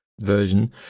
version